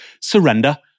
surrender